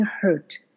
hurt